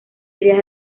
ideas